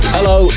Hello